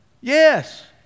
Yes